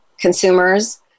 consumers